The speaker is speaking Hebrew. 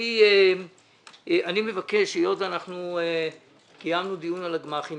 אני מבקש - היות ואנחנו קיימנו דיון על הגמ"חים,